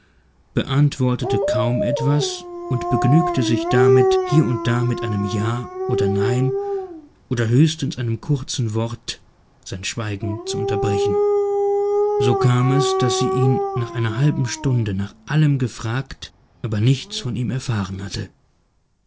beantwortete kaum etwas und begnügte sich damit hier und da mit einem ja oder nein oder höchstens einem kurzen wort sein schweigen zu unterbrechen so kam es daß sie ihn nach einer halben stunde nach allem gefragt aber nichts von ihm erfahren hatte